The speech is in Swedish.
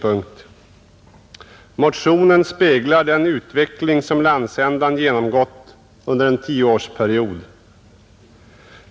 Motionen speglar den utveckling som landsändan genomgått under en tioårsperiod.